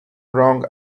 wrong